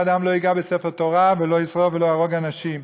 אדם לא ייגע בספר תורה ולא ישרוף ולא יהרוג אנשים.